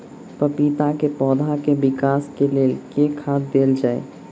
पपीता केँ पौधा केँ विकास केँ लेल केँ खाद देल जाए?